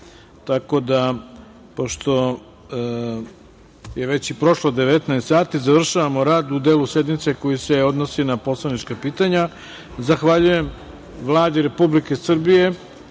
tako da, pošto je već i prošlo 19.00 sati, završavamo rad u delu sednice koji se odnosi na poslanička pitanja. Zahvaljujem Vladi Republike Srbije,